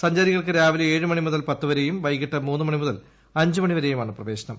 സഞ്ചാരികൾക്ക് രാവിലെ ഏഴുമണി മുതൽ പത്തു വരെയും വൈകിട്ട് മൂന്നുമണി മുതൽ അഞ്ചുമണി വരെയുമാണ് പ്രവേശനം